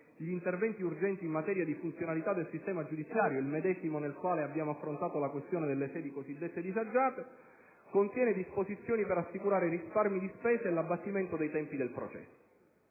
"Interventi urgenti in materia di funzionalità del sistema giudiziario", il medesimo col quale abbiamo affrontato la questione delle cosiddette sedi disagiate, contiene disposizioni per assicurare risparmi di spesa e l'abbattimento dei tempi del processo.